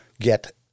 get